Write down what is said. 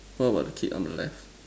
what about the kid on the left